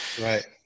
Right